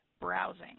browsing